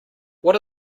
what